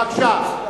בבקשה.